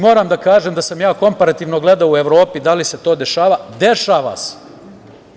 Moram da kažem da sam komparativno gledao u Evropi da li se to dešava, dešava se.